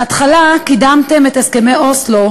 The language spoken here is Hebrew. בהתחלה קידמתם את הסכמי אוסלו,